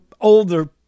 older